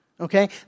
Okay